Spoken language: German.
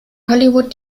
hollywood